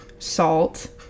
salt